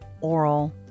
oral